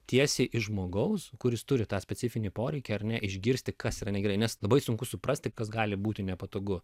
tiesiai iš žmogaus kuris turi tą specifinį poreikį ar ne išgirsti kas yra negerai nes labai sunku suprasti kas gali būti nepatogu